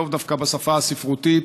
לאו דווקא בשפה הספרותית.